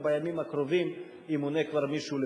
אלא בימים הקרובים כבר ימונה מישהו,